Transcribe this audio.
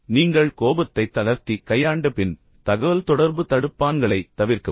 நீங்கள் கோபத்தை தளர்த்தி கையாண்ட பின் தகவல்தொடர்பு தடுப்பான்களைத் தவிர்க்கவும்